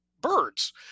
birds